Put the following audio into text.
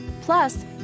Plus